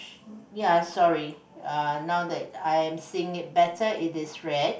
ya sorry uh now that I am seeing it better it is red